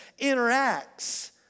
interacts